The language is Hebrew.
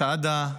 סעדה,